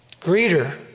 Greeter